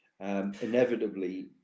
Inevitably